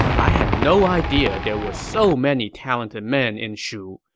i had no idea there were so many talented men in shu!